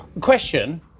Question